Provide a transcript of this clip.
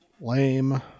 Lame